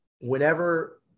whenever –